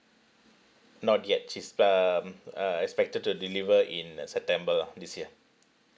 not yet she's p~ um uh expected to deliver in uh september ah this year